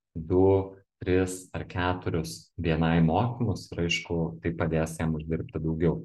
du tris ar keturius bni mokymus ir aišku tai padės jam uždirbti daugiau